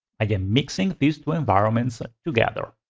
i am mixing these two environments together.